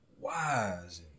Wise